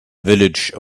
village